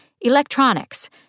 Electronics –